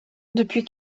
depuis